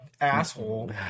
asshole